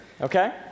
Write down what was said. okay